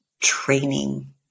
training